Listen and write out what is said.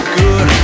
good